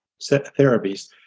therapies